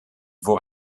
voor